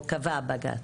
שקבע בג"ץ.